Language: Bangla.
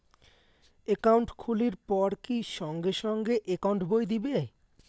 একাউন্ট খুলির পর কি সঙ্গে সঙ্গে একাউন্ট বই দিবে?